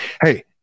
Hey